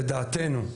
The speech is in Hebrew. לדעתנו,